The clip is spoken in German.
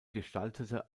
gestaltete